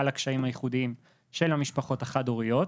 הקשיים הייחודיים של המשפחות החד-הוריות.